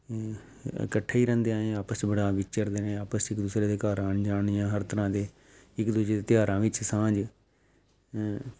ਇਕੱਠੇ ਹੀ ਰਹਿੰਦੇ ਆਏ ਹਾਂ ਆਪਸ 'ਚ ਬੜਾ ਵਿਚਰਦੇ ਨੇ ਆਪਸ 'ਚ ਇੱਕ ਦੂਸਰੇ ਦੇ ਘਰ ਆਉਣ ਜਾਣ ਜਾਂ ਹਰ ਤਰ੍ਹਾਂ ਦੇ ਇੱਕ ਦੂਜੇ ਦੇ ਤਿਉਹਾਰਾਂ ਵਿੱਚ ਸਾਂਝ